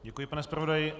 Děkuji, pane zpravodaji.